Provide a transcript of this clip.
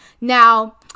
Now